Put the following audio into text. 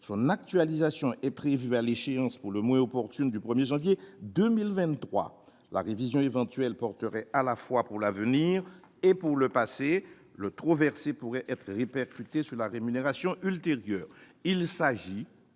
Son actualisation est prévue à l'échéance pour le moins opportune du 1 janvier 2023. La révision éventuelle serait effectuée à la fois pour l'avenir et pour le passé : le trop versé pourrait être répercuté sur la rémunération ultérieure.